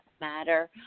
matter